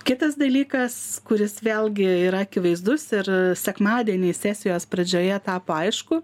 kitas dalykas kuris vėlgi yra akivaizdus ir sekmadienį sesijos pradžioje tapo aišku